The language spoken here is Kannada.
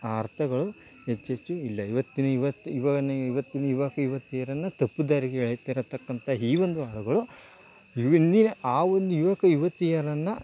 ಆ ಅರ್ಥಗಳು ಹೆಚ್ಚೆಚ್ಚು ಇಲ್ಲ ಇವತ್ತಿನ ಇವತ್ತು ಇವಾಗ ನೀ ಇವತ್ತಿನ ಯುವಕ ಯುವತಿಯರನ್ನು ತಪ್ಪು ದಾರಿಗೆ ಎಳೆತಿರತಕ್ಕಂತ ಈ ಒಂದು ಹಾಡುಗಳು ಇವಿಲ್ದಿದ್ರೆ ಆ ಒಂದು ಯುವಕ ಯುವತಿಯರನ್ನು